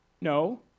No